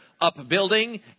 upbuilding